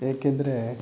ಏಕೆಂದರೆ